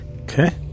Okay